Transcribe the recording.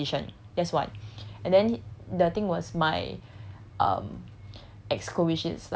like of such position that's one and then the thing was my um